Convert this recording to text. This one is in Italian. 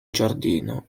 giardino